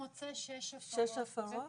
אם יש שש הפרות.